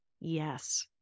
Yes